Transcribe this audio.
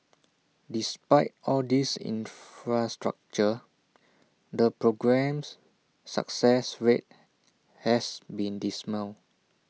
despite all this infrastructure the programme's success rate has been dismal